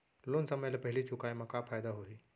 Loan समय ले पहिली चुकाए मा का फायदा होही?